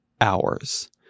hours